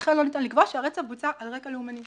לכן לא ניתן לקבוע שהרצח בוצע על רקע לאומני".